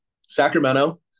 Sacramento